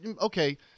okay